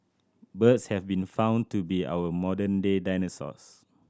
birds have been found to be our modern day dinosaurs